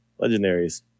legendaries